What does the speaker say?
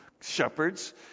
shepherds